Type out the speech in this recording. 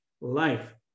life